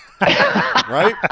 Right